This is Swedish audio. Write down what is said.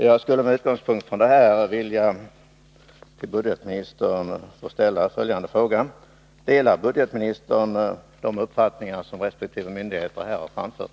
Jag skulle med utgångspunkt i detta till budgetministern vilja ställa följande fråga: Delar budgetministern de uppfattningar som resp. myndigheter här har framfört?